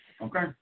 Okay